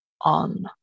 on